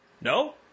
No